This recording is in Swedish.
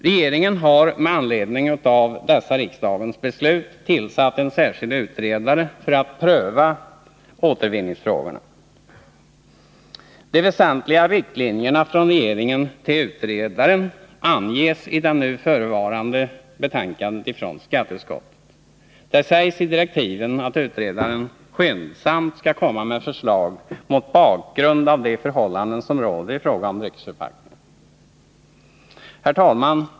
Regeringen har med anledning av dessa riksdagens beslut tillsatt en särskild utredare för att pröva återvinningsfrågorna. De väsentliga riktlinjerna i uppdraget från regeringen till utredaren anges i nu förevarande betänkande från skatteutskottet. Det sägs i direktiven att utredaren skyndsamt skall komma med förslag mot bakgrund av de förhållanden som råder i fråga om dryckesförpackningar. Herr talman!